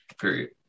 Period